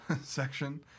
section